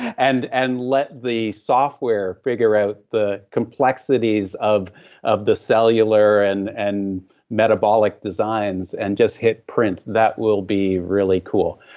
and and let the software figure out the complexities of of the cellular and and metabolic designs and just hit print, that will be really cool.